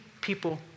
people